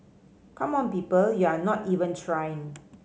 come on people you're not even trying